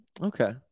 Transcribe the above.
Okay